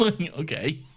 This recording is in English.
okay